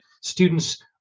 students